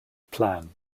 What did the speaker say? plan